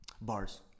Bars